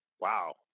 wow